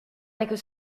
avec